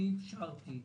אני אישרתי,